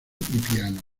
piano